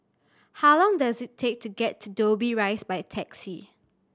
how long does it take to get to Dobbie Rise by taxi